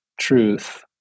truth